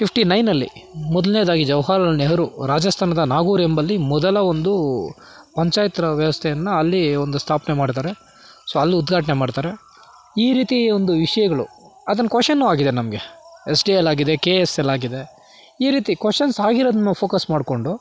fifty ನೈನಲ್ಲಿ ಮೊದಲನೇದಾಗಿ ಜವಾಹರ್ಲಾಲ್ ನೆಹರು ರಾಜಸ್ಥಾನದ ನಾಗೋರ್ ಎಂಬಲ್ಲಿ ಮೊದಲ ಒಂದು ಪಂಚಾಯತ್ ರಾಜ್ ವ್ಯವಸ್ಥೆಯನ್ನು ಅಲ್ಲಿ ಒಂದು ಸ್ಥಾಪನೆ ಮಾಡ್ತಾರೆ ಸೋ ಅಲ್ಲಿ ಉದ್ಘಾಟನೆ ಮಾಡ್ತಾರೆ ಈ ರೀತಿ ಒಂದು ವಿಷಯಗಳು ಅದನ್ನು ಕೊಶನ್ನು ಆಗಿದೆ ನಮಗೆ ಎಸ್ ಡಿಯಲ್ಲಾಗಿದೆ ಕೆ ಎ ಎಸ್ಸಲ್ಲಾಗಿದೆ ಈ ರೀತಿ ಕೊಶನ್ಸ್ ಆಗಿರೋದನ್ನ ಫೋಕಸ್ ಮಾಡ್ಕೊಂಡು